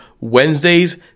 Wednesdays